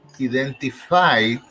identify